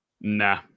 Nah